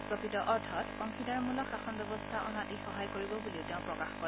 প্ৰকৃত অৰ্থত অংশীদাৰমূলক শাসন ব্যৱস্থা অনাত ই সহায় কৰিব বুলিও তেওঁ প্ৰকাশ কৰে